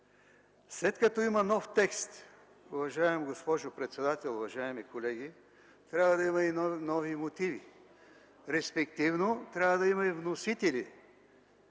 След като има нов текст, уважаема госпожо председател, уважаеми колеги, трябва да има нови мотиви, респективно трябва да има и вносители